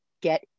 get